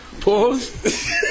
pause